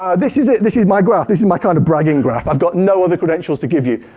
ah this is this is my graph. this is my kind of bragging graph. i've got no other credentials to give you.